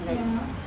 ya